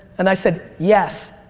and i said yes.